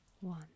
one